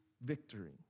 victory